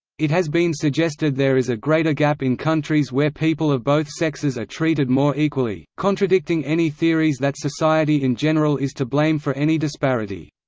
it has been suggested there is a greater gap in countries where people of both sexes are treated more equally, contradicting any theories that society in general is to blame for any disparity.